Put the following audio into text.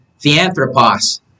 Theanthropos